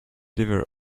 liver